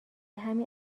همین